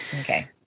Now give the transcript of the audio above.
Okay